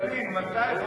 בכללים מתי,